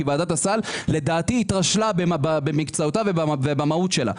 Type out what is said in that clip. כי ועדת הסל לדעתי התרשלה במקצועיותה ובמהות שלה.